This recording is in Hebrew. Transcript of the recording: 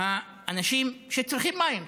האנשים שצריכים מים.